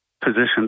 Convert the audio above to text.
position